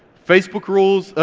facebook rules,